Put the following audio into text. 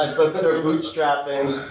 but better ah bootstrapping,